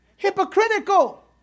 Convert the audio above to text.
hypocritical